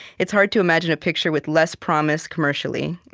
it's hard to imagine a picture with less promise commercially.